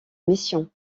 mission